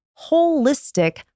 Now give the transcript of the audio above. holistic